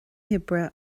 hoibre